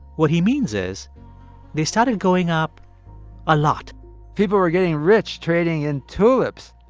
what he means is they started going up a lot people were getting rich trading in tulips.